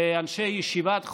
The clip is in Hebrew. ואנשי ישיבת חומש,